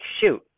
shoot